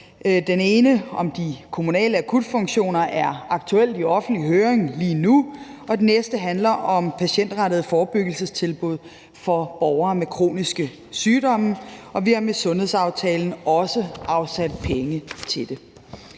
Det ene, om de kommunale akutfunktioner, er i offentlig høring lige nu, og den anden handler om patientrettede forebyggelsestilbud for borgere med kroniske sygdomme. Vi har med sundhedsaftalen også afsat penge til det.